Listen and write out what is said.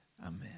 Amen